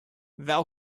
thou